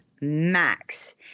max